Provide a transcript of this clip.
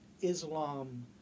Islam